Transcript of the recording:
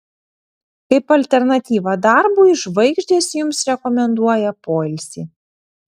kaip alternatyvą darbui žvaigždės jums rekomenduoja poilsį